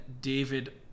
David